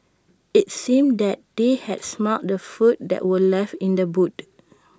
IT seemed that they had smelt the food that were left in the boot